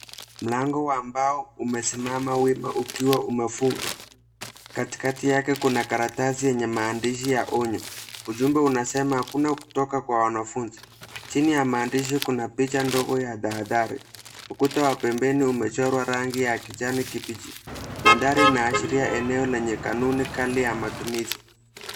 Mlango ambao umesimama wima ukiwa umefungwa. Katikati yake kuna karatasi yenye maandishi ya onyo. Ujumbe unasema hakuna kutoka kwa wanafunzi. Chini ya maandishi kuna picha ndogo ya tahadhari. Ukuta wa pembeni umechorwa rangi ya kijani kibichi. Mandhari inaashiria eneo lenye kanuni kali ya matumizi.